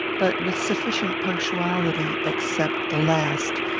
but with sufficient punctuality, except the last,